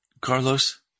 Carlos